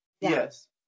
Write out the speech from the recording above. Yes